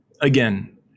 again